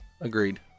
Agreed